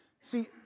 See